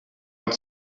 out